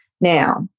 Now